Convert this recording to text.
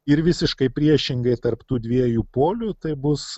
ir visiškai priešingai tarp tų dviejų polių tai bus